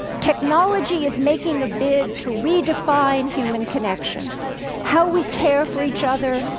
technology is making a bid to redefine human connection how we care for each other,